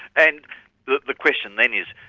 and the the question then is,